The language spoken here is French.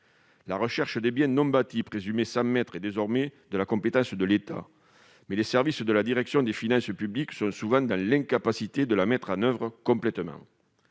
La recherche des biens non bâtis présumés sans maître est désormais de la compétence de l'État, mais les services de la direction des finances publiques sont souvent dans l'incapacité de la mettre en oeuvre complètement.